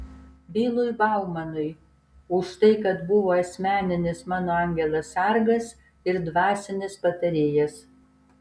bilui baumanui už tai kad buvo asmeninis mano angelas sargas ir dvasinis patarėjas